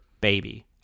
baby